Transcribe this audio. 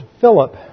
Philip